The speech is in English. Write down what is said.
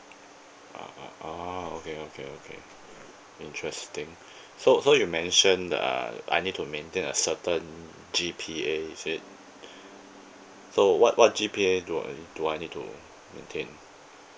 uh uh oh okay okay okay interesting so so you mention uh I need to maintain a certain G_P_A is it so what what G_P_A do I do I need to maintain